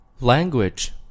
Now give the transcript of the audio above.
Language